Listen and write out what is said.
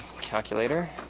calculator